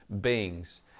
beings